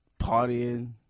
partying